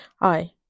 Hi